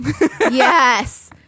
Yes